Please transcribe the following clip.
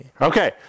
Okay